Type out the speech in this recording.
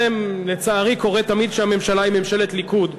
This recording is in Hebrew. זה, לצערי, קורה תמיד כשהממשלה היא ממשלת ליכוד,